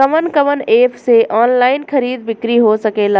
कवन कवन एप से ऑनलाइन खरीद बिक्री हो सकेला?